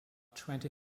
twenty